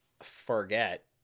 forget